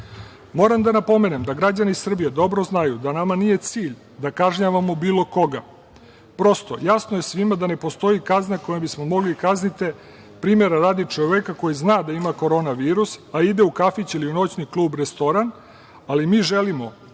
sata. Moram da napomenem da građani Srbije dobro znaju da nama nije cilj da kažnjavamo bilo koga. Prosto, jasno je svima da ne postoji kazna kojom bismo mogli kazniti, primera radi, čoveka koji zna da ima korona virus, a ide u kafić ili u noćni klub, restoran, ali mi želimo